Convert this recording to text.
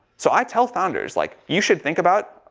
so i tell founders like, you should think about,